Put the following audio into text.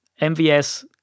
MVS